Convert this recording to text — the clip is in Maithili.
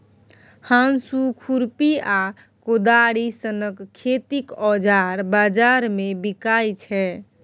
हाँसु, खुरपी आ कोदारि सनक खेतीक औजार बजार मे बिकाइ छै